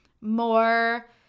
more